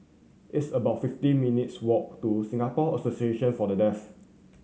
it's about fifty minutes' walk to Singapore Association For The Deaf